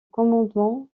commandement